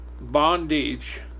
bondage